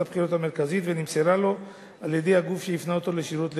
הבחירות המרכזית ונמסרה לו על-ידי הגוף שהפנה אותו לשירות לאומי.